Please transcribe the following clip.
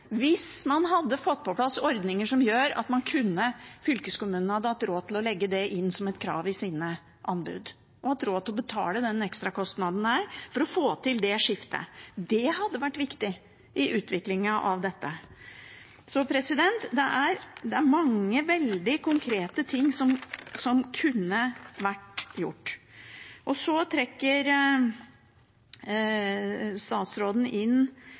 hvis man hadde fått på plass ordninger som gjorde at fylkeskommunene hadde hatt råd til å legge det inn som et krav i sine anbud, og hatt råd til å betale den ekstrakostnaden det er, for å få til det skiftet. Det hadde vært viktig i utviklingen av dette. Så det er mange veldig konkrete ting som kunne vært gjort. Så trekker statsråden nok en gang inn